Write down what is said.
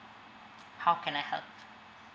how can I help